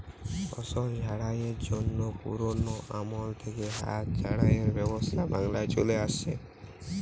ফসল ঝাড়াইয়ের জন্যে পুরোনো আমল থিকে হাত ঝাড়াইয়ের ব্যবস্থা বাংলায় চলে আসছে